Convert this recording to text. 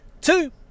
two